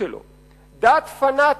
"דת פנאטית".